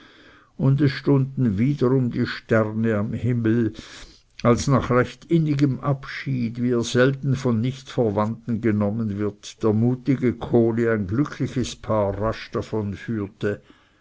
und es stunden wiederum die sterne am himmel als nach recht innigem abschied wie er selten von nichtverwandten genommen wird der mutige kohli ein glückliches paar rasch